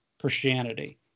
Christianity